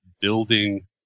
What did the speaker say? building